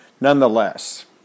nonetheless